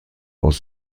aus